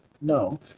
No